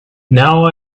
now